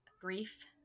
grief